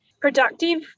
Productive